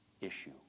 issue